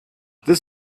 this